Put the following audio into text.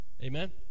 Amen